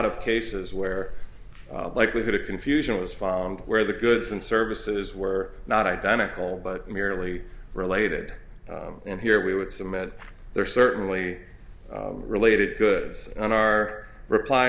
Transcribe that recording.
of cases where likelihood of confusion was found where the goods and services were not identical but merely related in here we would submit there certainly related goods on our reply